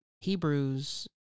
hebrews